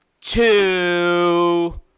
two